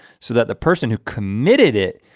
so that the person who committed it,